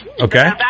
Okay